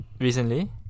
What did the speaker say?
recently